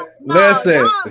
Listen